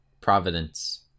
Providence